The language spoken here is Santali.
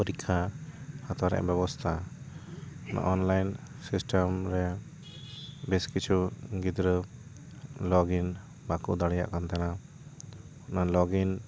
ᱯᱚᱨᱤᱠᱷᱟ ᱦᱟᱛᱟᱣ ᱨᱮᱭᱟᱜ ᱵᱮᱵᱚᱥᱛᱟ ᱚᱱᱞᱟᱭᱤᱱ ᱥᱤᱥᱴᱮᱢ ᱨᱮ ᱵᱮᱥ ᱠᱤᱪᱷᱩ ᱜᱤᱫᱽᱨᱟᱹ ᱞᱳᱜᱤᱱ ᱵᱟᱠᱚ ᱫᱟᱲᱮᱭᱟᱜ ᱠᱟᱱ ᱛᱟᱦᱮᱱᱟ ᱚᱱᱟ ᱞᱳᱜᱤᱱ